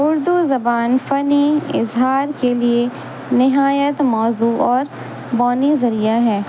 اردو زبان فنی اظہار کے لیے نہایت موضوع اور بانی ذریعہ ہے